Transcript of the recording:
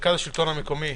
המרכז לשלטון מקומי,